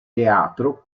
teatro